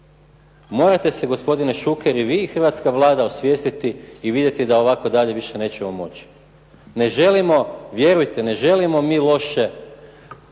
Morate se gospodine Šuker i vi i hrvatska Vlada osvijestiti i vidjeti da ovako dalje više nećemo moći. Ne želimo, vjerujte ne želimo mi loše sada